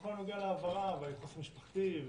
בכל הנוגע לעברה והייחוס המשפחתי,